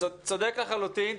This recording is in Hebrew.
אתה צודק לחלוטין.